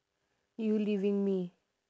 you leaving me